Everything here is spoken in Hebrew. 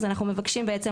אז אנחנו מבקשים בעצם